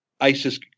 ISIS